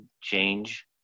change